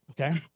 okay